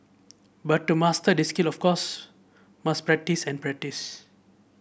but to master these skills of course must practise and practise